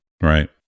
Right